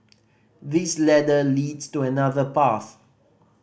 this ladder leads to another path